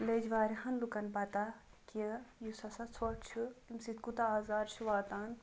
لٔج وارہَن لُکَن پَتاہ کہِ یُس ہَسا ژھوٚٹھ چھُ تمہِ سۭتۍ کوٗتاہ آزار چھُ واتان